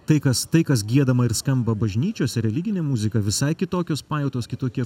tai kas tai kas giedama ir skamba bažnyčiose religinė muzika visai kitokios pajautos kitokie